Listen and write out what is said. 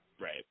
Right